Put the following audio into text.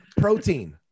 Protein